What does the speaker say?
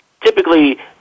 typically